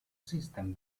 system